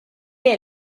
est